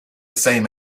same